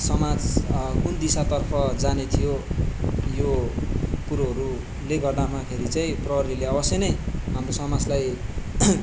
समाज कुन दिशातर्फ जानेथ्यो यो कुरोहरूले गर्दामाखेरि चाहिँ प्रहरीले अवश्य नै हाम्रो समाजलाई